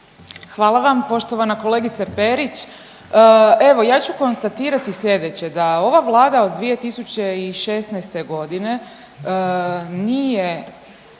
Hvala vam. Poštovana kolegice Perić, evo ja ću konstatirati slijedeće da ova Vlada od 2016.g. nije